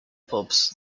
pubs